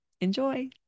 Enjoy